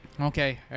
Okay